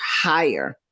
higher